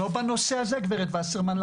לא בנושא הזה, גברת וסרמן.